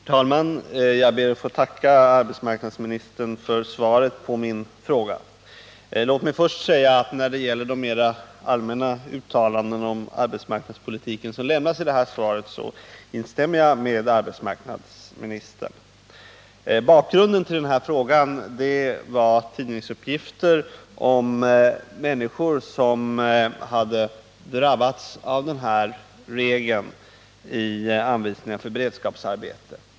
Herr talman! Jag ber arr få tacka arbetsmarknadsministern för svaret på min fråga. Låt mig först säga att när det gäller de mera allmänna uttalanden som arbetsmarknadsministern gör i svaret så instämmer jag med arbetsmarknadsministern. Bakgrunden till denna fråga var tidningsuppgifter om människor som hade drabbats av den här regeln i anvisningar för beredskapsarbete.